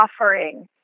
offering